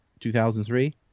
2003